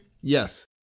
Yes